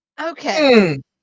Okay